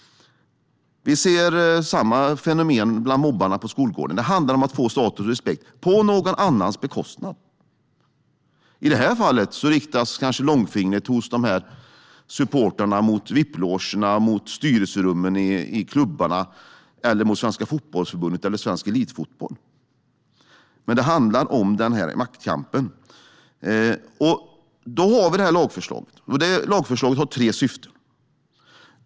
Vi ser samma fenomen bland mobbarna på skolgården. Det handlar om att få status och respekt på någon annans bekostnad. I det här fallet riktas kanske långfingret hos supportrarna mot vip-logerna, styrelserummen i klubbarna eller mot Svenska Fotbollförbundet eller Föreningen Svensk Elitfotboll. Det handlar om den här maktkampen. Vi har då det här lagförslaget. Lagförslaget har tre syften.